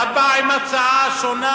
אתה בא עם הצעה שונה,